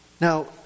Now